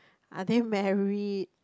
are they married